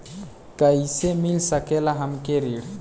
कइसे मिल सकेला हमके ऋण?